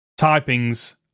typings